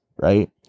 right